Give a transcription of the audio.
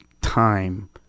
time